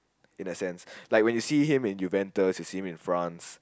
in a sense like when you see and you banter you see him in France